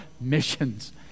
missions